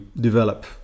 develop